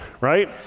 right